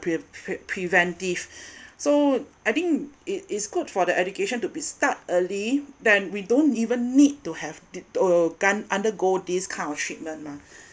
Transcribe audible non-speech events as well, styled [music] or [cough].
pre~ pre~ preventive [breath] so I think it is good for the education to be start early then we don't even need to have the undergo this kind of treatment mah [breath]